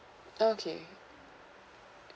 okay